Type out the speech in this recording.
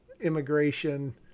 immigration